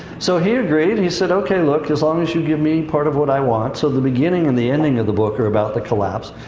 so he agreed. he said, okay, look, as long as you give me part of what i want. so the beginning and the ending of the book are about the collapse.